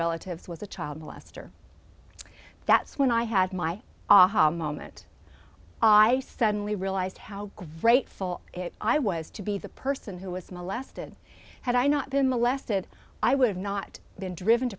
relatives was a child molester that's when i had my moment i suddenly realized how grateful i was to be the person who was molested had i not been molested i would have not been driven to